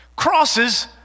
crosses